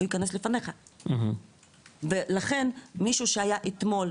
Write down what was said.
הוא יכנס לפניך ולכן מישהו שהיה אתמול,